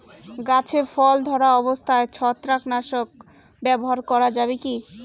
গাছে ফল ধরা অবস্থায় ছত্রাকনাশক ব্যবহার করা যাবে কী?